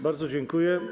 Bardzo dziękuję.